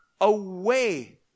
away